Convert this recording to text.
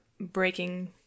Breaking